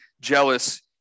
jealous